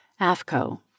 AFCO